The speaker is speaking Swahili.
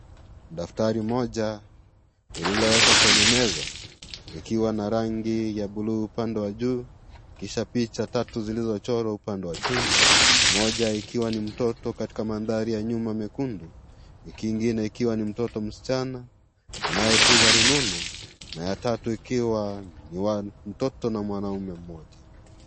Daftari moja, lililowekwa kwenye meza, ikiwa na rangi ya bluu upande wa juu, kisha picha tatu zilizochorwa upande wa chini, moja ikiwa ni mtoto katika mandhari ya nyuma mekundu, huku ingine ikiwa ni mtoto msichana anayepiga rununu na ya tatu ikiwa ni watoto na mwanaume mmoja.